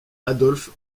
adolf